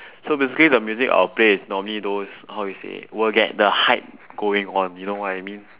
so basically the music I will play is normally those how you say will get the hype going on you know what I mean